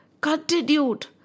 continued